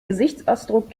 gesichtsausdruck